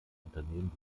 unternehmen